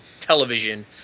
television